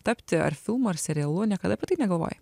tapti ar filmu ar serialu niekada apie tai negalvojai